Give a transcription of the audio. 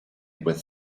with